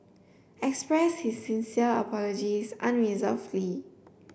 expressed his sincere apologies unreservedly